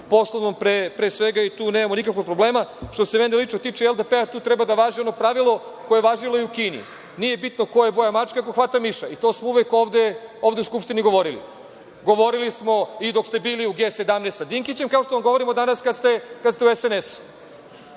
poslovnom pre svega, tu nemamo nikakvog problema. Što se mene lično tiče i LDP, tu treba da važi ono pravilo koje je važilo i u Kini – nije bitno koje je boje mačka, ako hvata miša. To smo uvek ovde u Skupštini govorili. Govorili smo i dok ste bili u G17 sa Dinkićem, kao što vam govorimo danas kada ste u SNS.